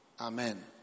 Amen